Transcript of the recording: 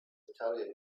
italian